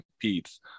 competes